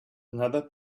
another